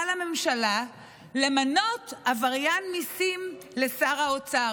הממשלה למנות עבריין מיסים לשר האוצר.